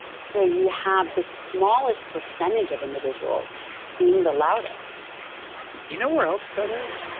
so, you have the smallest percentage of individuals being the loudest you know where else that is?